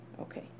Okay